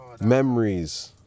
memories